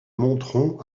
montrond